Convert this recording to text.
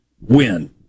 win